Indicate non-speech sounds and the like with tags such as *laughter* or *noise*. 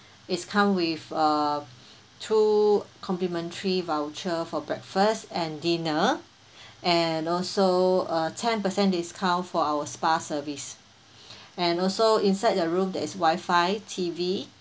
it's come with a two complimentary voucher for breakfast and dinner *breath* and also a ten per cent discount for our spa service *breath* and also inside the room there is wifi T_V